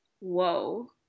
Whoa